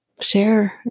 Share